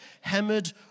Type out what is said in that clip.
hammered